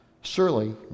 Surely